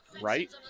Right